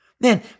Man